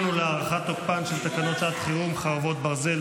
ולהארכת תוקפן של תקנות שעת חירום (חרבות ברזל)